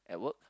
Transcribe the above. at work